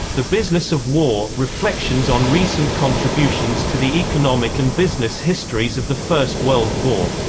the business of war reflections on recent contributions to the economic and business histories of the first world war.